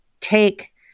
take